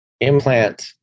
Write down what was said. implant